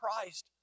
Christ